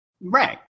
Right